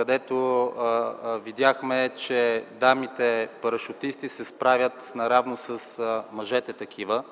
и там видяхме, че дамите парашутисти се справят наравно с мъжете такива,